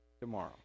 tomorrow